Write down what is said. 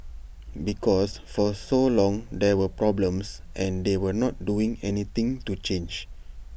because for so long there were problems and they were not doing anything to change